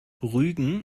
rügen